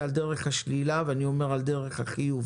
על דרך השלילה ואני אומר על דרך החיוב